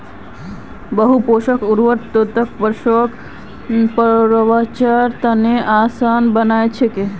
बहु पोषक उर्वरक पोषक तत्वक पचव्वार तने आसान बना छेक